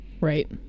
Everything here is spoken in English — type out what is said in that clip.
Right